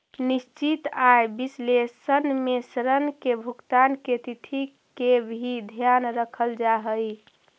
निश्चित आय विश्लेषण में ऋण के भुगतान के तिथि के भी ध्यान रखल जा हई